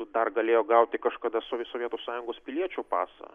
dar galėjo gauti kažkada so sovietų sąjungos piliečio pasą